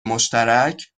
مشترک